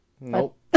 Nope